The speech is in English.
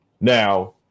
now